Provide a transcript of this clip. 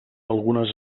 algunes